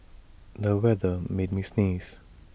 the weather made me sneeze